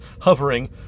hovering